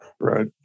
Right